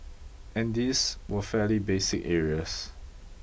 and these were fairly basic areas